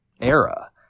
era